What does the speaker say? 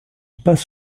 passe